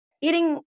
Eating